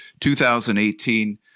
2018